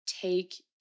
take